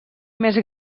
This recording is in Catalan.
més